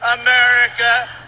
America